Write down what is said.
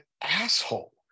asshole